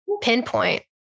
pinpoint